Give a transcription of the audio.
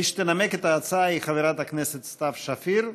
מי שתנמק את ההצעה היא חברת הכנסת סתיו שפיר.